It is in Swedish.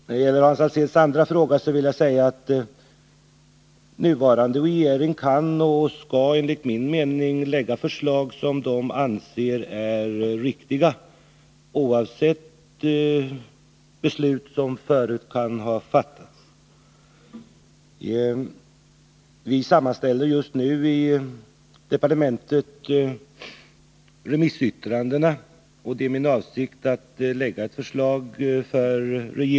När det gäller Hans Alséns andra fråga vill jag säga att den nuvarande regeringen, enligt min mening, kan och skall lägga fram förslag som den anser vara riktiga, oavsett tidigare beslut. I departementet sammanställer vi just nu remissyttrandena, och det är min avsikt att lägga fram ett förslag.